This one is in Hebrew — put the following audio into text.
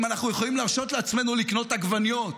אנחנו יכולים להרשות לעצמנו לקנות עגבניות.